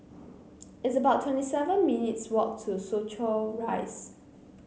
it's about twenty seven minutes' walk to Soo Chow Rise